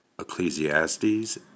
Ecclesiastes